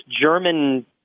German